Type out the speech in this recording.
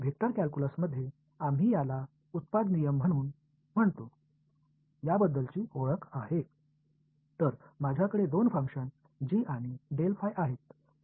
तर व्हॅक्टर कॅल्क्युलसमध्ये आम्ही याला उत्पाद नियम म्हणून म्हणतो याबद्दलची ओळख आहे तर माझ्याकडे दोन फंक्शन g आणि आहेत